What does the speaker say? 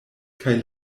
kaj